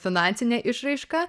finansine išraiška